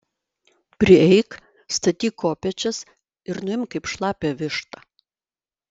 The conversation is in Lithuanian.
prieik statyk kopėčias ir nuimk kaip šlapią vištą